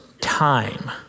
time